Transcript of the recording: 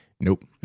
Nope